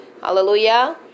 Hallelujah